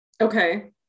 Okay